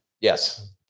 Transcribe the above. Yes